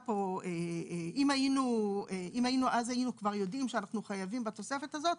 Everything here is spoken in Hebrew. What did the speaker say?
אם היינו אז יודעים שאנחנו חייבים בתוספת הזאת,